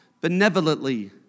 benevolently